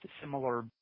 similar